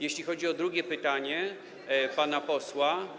Jeśli chodzi o drugie pytanie pana posła.